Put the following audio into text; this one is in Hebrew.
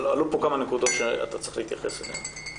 עלו פה כמה נקודות שאתה צריך להתייחס אליהן.